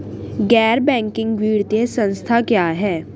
गैर बैंकिंग वित्तीय संस्था क्या है?